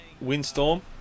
Windstorm